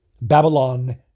Babylon